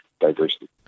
diversity